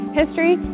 history